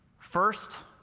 first,